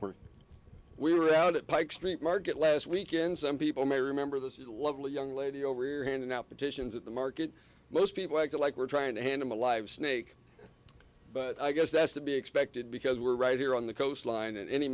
where we were out at pike street market last weekend some people may remember this is lovely young lady over here handing out petitions at the market most people act like we're trying to hand him a live snake but i guess that's to be expected because we're right here on the coastline and any